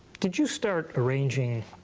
did you start arranging